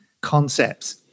concepts